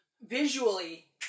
Visually